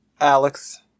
Alex